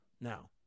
now